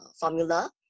formula